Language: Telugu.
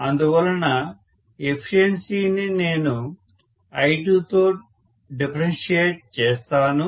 అందువలన ఎఫిషియన్సిని నేను I2తో డిఫరెన్షియేట్ చేస్తాను